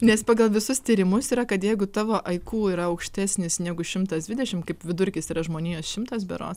nes pagal visus tyrimus yra kad jeigu tavo aikū yra aukštesnis negu šimtas dvidešim kaip vidurkis yra žmonijos šimtas bero